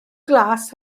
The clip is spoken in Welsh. glas